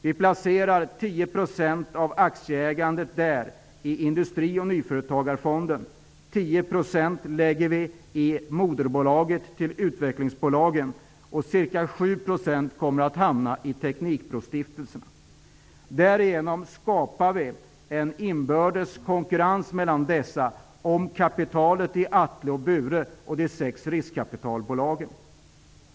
Vi placerar 10 % av aktieägandet där i Industri och nyföretagarfonden. 10 % lägger vi i moderbolaget till utvecklingsbolagen. Ca 7 % kommer att hamna i teknikbrostiftelserna. Därigenom skapar vi en inbördes konkurrens mellan dessa om kapitalet i Atle och Bure och de sex riskkapitalbolagen.